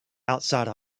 outside